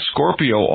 Scorpio